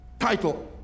title